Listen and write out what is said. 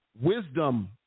wisdom